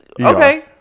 okay